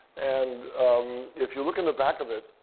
and if you look in the back of it,